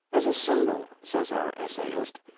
as a symbol, says our essayist,